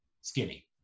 skinny